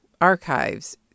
archives